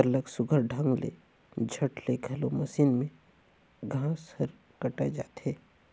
सरलग सुग्घर ढंग ले झट ले घलो मसीन में घांस हर कटाए जाथे